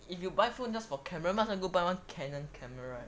if you buy phone just for camera might as well go buy one canon camera